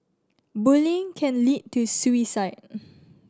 bullying can lead to suicide